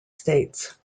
states